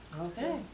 Okay